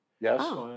Yes